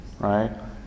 right